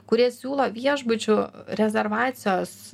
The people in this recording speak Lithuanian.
kurie siūlo viešbučių rezervacijos